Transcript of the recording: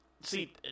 See